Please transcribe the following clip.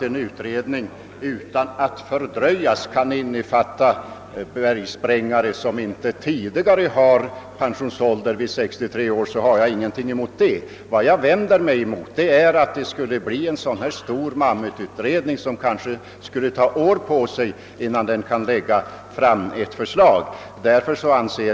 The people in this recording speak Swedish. Om utredningsarbetet utan att fördröjas kan utvidgas till att avse även bergsprängare, som inte tidigare har pension från 63 års ålder, har jag emellertid inget emot detta. Vad jag vänder mig mot är tanken på en mammututredning, som kanske skulle ta år på sig för att framlägga ett förslag.